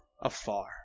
afar